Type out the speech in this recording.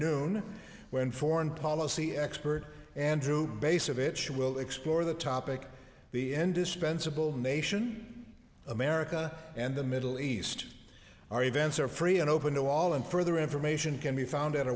noon when foreign policy expert andrew bass of it she will explore the topic the end dispensable nation america and the middle east our events are free and open to all and further information can be found